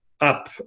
up